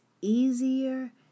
easier